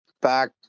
back